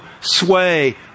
sway